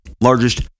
largest